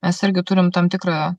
mes irgi turim tam tikrą